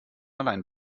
allein